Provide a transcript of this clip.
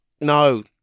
No